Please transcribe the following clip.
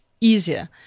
easier